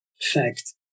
fact